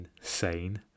insane